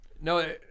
no